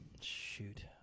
Shoot